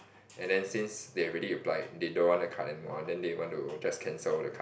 and then since they already applied they don't want the card anymore then they want to just cancel the card